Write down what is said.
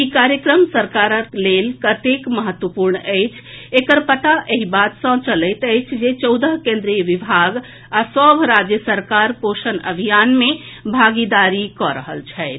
ई कार्यक्रम सरकारक लेल कतेक महत्वपूर्ण अछि एकर पता एहि बात सँ चलैत अछि जे चौदह केन्द्रीय विभाग आ सभ राज्य सरकार पोषण अभियान मे भागीदारी कऽ रहल छथि